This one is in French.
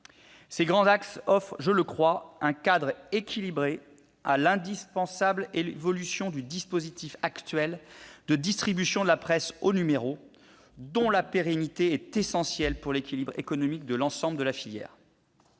Ces grands axes offrent, je le crois, un cadre équilibré à l'indispensable évolution du dispositif actuel de distribution de la presse au numéro, dont la pérennité est essentielle pour l'équilibre économique de l'ensemble de la filière.